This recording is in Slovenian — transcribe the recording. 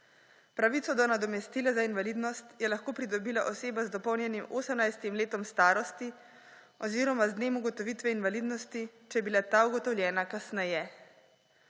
Pravico do nadomestila za invalidnost je lahko pridobila oseba z dopolnjenim 18. letom starosti oziroma z dnem ugotovitve invalidnosti, če je bila ta ugotovljena kasneje.